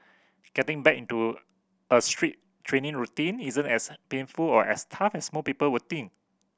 getting back into a strict training routine isn't as painful or as tough as most people would think